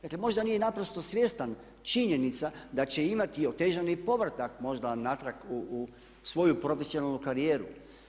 Dakle, možda nije naprosto svjestan činjenica da će imati otežani povratak možda natrag u svoju profesionalnu karijeru.